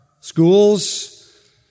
schools